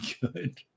good